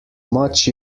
much